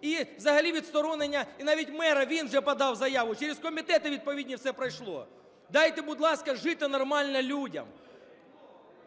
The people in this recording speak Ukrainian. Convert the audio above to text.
і взагалі відсторонення, і навіть мера, він же подав заяву, через комітети відповідні все пройшло. Дайте, будь ласка, жити нормально людям.